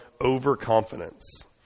overconfidence